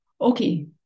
Okay